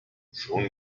schon